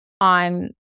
on